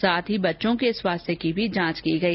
साथ ही बच्चों के स्वास्थ्य की भी जांच ैकी गई